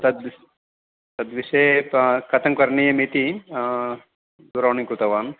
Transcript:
तद्विश् तद्विषये कथं करणीयमिति दूरवाणीं कृतवान्